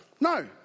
No